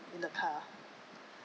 in the car